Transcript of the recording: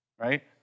right